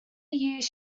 years